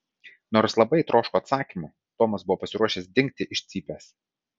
nors labai troško atsakymų tomas buvo pasiruošęs dingti iš cypės